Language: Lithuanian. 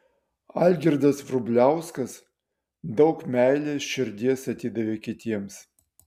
algirdas vrubliauskas daug meilės širdies atidavė kitiems